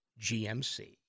GMC